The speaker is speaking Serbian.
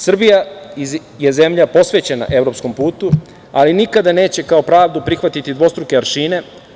Srbija je zemlja posvećena evropskom putu, ali nikada neće kao pravdu prihvatiti dvostruke aršine.